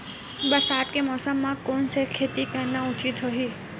बरसात के मौसम म कोन से खेती करना उचित होही?